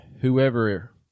whoever